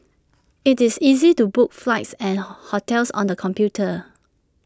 IT is easy to book flights and hotels on the computer